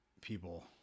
people